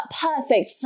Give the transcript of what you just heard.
perfect